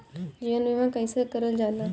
जीवन बीमा कईसे करल जाला?